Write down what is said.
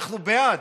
אנחנו בעד.